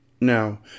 Now